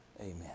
Amen